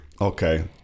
okay